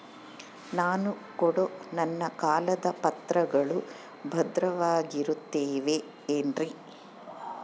ನಾನು ಕೊಡೋ ನನ್ನ ಕಾಗದ ಪತ್ರಗಳು ಭದ್ರವಾಗಿರುತ್ತವೆ ಏನ್ರಿ?